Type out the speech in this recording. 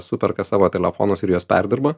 superka savo telefonus ir juos perdirba